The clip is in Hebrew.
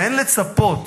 ואין לצפות